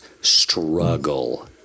struggle